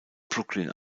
brooklyn